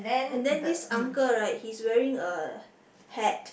and then this uncle right he's wearing a hat